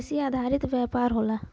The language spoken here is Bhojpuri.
कृषि आधारित व्यापार होला